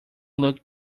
look